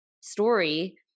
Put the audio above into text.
story